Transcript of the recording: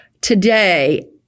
Today